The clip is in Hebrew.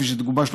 כפי שתגובש,